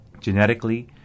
Genetically